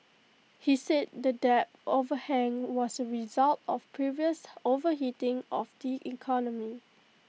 he said that debt overhang was A result of previous overheating of the economy